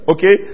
Okay